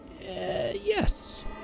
Yes